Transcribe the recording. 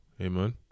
Amen